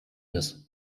ist